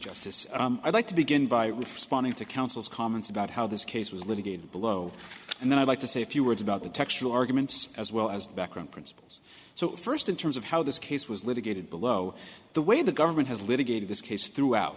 justice i'd like to begin by responding to counsel's comments about how this case was litigated below and then i'd like to say a few words about the textual arguments as well as background principles so first in terms of how this case was litigated below the way the government has litigated this case throughout